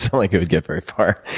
so like it would get very far.